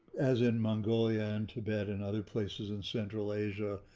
as in mongolia and tibet and other places in central asia,